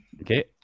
Okay